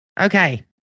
Okay